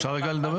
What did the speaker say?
אפשר רגע לדבר?